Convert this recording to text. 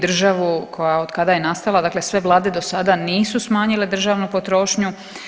Državu koja od kada je nastala dakle, sve vlade do sada nisu smanjile državnu potrošnju.